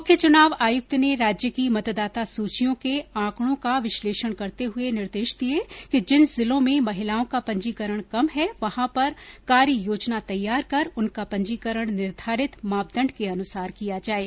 मुख्य चुनाव आयुक्त ने राज्य की मतदाता सूचियों के आंकडो का विश्लेषण करते हये निर्देश दिये कि जिन जिलों में महिलाओं का पंजीकरण कम है वहॉ पर कार्ययोजना तैयार कर उनका पंजीकरण निर्धारित मापदंड के अनुसार किया जाये